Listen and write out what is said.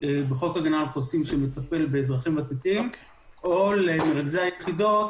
הגנה על חוסים שמטפל באזרחים ותיקים או למרכזי היחידות